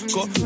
Got